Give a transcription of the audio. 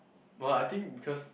no lah I think because